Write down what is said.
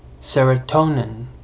serotonin